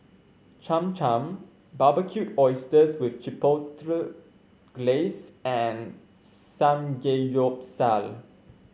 Cham Cham Barbecued Oysters with Chipotle Glaze and Samgeyopsal